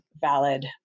valid